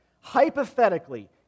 hypothetically